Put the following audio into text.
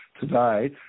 today